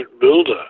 builder